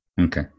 Okay